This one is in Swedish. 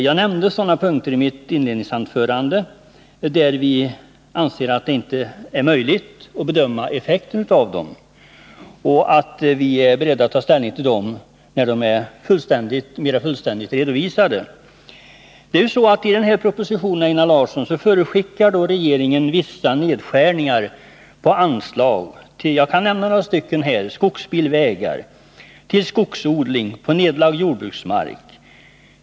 Jag nämnde några punkter i mitt inledningsanförande, där vi inte anser det möjligt att bedöma effekten av de föreslagna åtgärderna. Och jag sade att vi är beredda att ta ställning till dem när de är mer fullständigt redovisade. I propositionen förutskickar regeringen vissa nedskärningar av olika anslag. Jag kan nämna några sådana: det gäller anslag till skogsbilvägar och 7 tillskogsodling på nedlagd jordbruksmark.